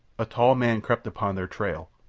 a tall man crept upon their trail.